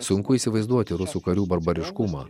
sunku įsivaizduoti rusų karių barbariškumą